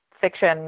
fiction